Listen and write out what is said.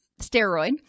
steroid